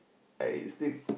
I still